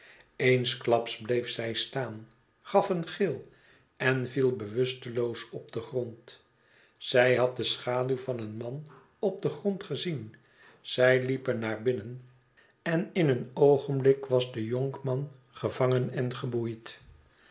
eensklaps bleef zij staan gaf een gil en viel bewustelpois op den grond zij had de schaduw van een man op den grond gezien zij liepen naar binnen en in een oogenblik was de jonkman geyangen en geboeid